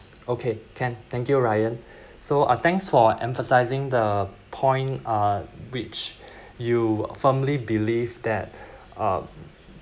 okay can thank you ryan so uh thanks for emphasising the point uh which you firmly believed that uh